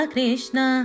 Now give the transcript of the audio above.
Krishna